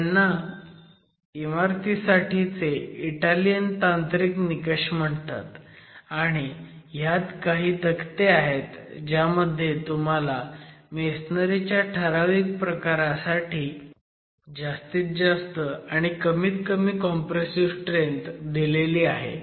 ह्यांना इमारतीसाठीचे इटालियन तांत्रिक निकष म्हणतात आणि ह्यात काही तक्ते आहेत ज्यामध्ये तुम्हाला मेसनरी च्या ठराविक प्रकारासाठी जास्तीत जास्त आणि कमीत कमी कॉम्प्रेसिव्ह स्ट्रेंथ दिलेली आहे